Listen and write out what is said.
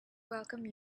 welcome